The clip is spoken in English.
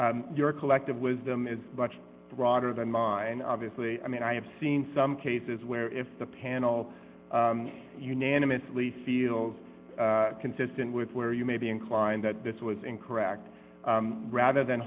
r collective wisdom is much broader than mine obviously i mean i have seen some cases where if the panel unanimously feels consistent with where you may be inclined that this was incorrect rather than